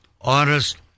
honest